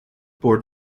board